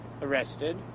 arrested